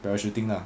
parachuting lah